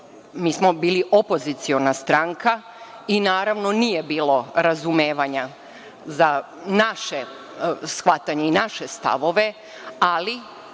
mi smo bili opoziciona stranka i, naravno, nije bilo razumevanja za naše shvatanje i naše stavove, ali